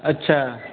अच्छा